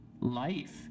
life